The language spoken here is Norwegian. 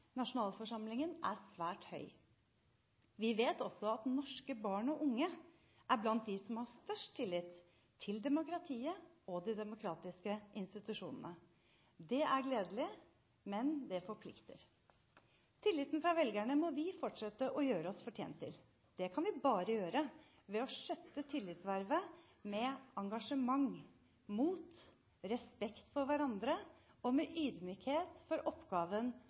nasjonalforsamlingen er svært høy. Vi vet også at norske barn og unge er blant dem som har størst tillit til demokratiet og de demokratiske institusjonene. Det er gledelig, men det forplikter. Tilliten fra velgerne må vi fortsette å gjøre oss fortjent til. Det kan vi bare gjøre ved å skjøtte tillitsvervet med engasjement, mot, respekt for hverandre og ydmykhet for oppgaven